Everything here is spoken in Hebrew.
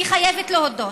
אני חייבת להודות.